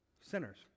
sinners